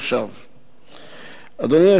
אדוני היושב-ראש, אדוני השר,